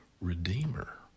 redeemer